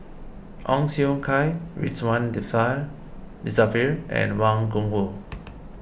Ong Siong Kai Ridzwan Dzafir and Wang Gungwu